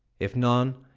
if none,